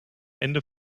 ende